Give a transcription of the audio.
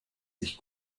sich